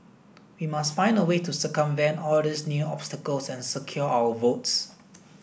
we must find a way to circumvent all these new obstacles and secure our votes